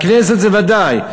בכנסת ודאי.